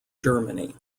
germany